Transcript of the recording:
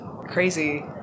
crazy